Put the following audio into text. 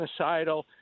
genocidal